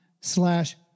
slash